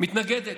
מתנגדת.